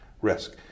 risk